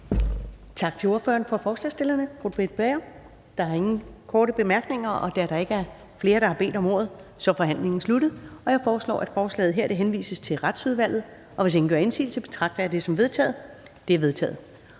Tak til ordføreren for forslagsstillerne, fru Britt Bager. Der er ingen korte bemærkninger. Da der ikke er flere, der har bedt om ordet, er forhandlingen sluttet. Jeg foreslår, at forslaget til folketingsbeslutning henvises til Retsudvalget. Hvis ingen gør indsigelse, betragter jeg det som vedtaget. Det er vedtaget.